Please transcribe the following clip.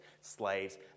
slaves